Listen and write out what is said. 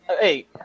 hey